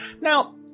Now